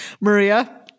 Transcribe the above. Maria